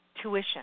tuition